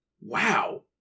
wow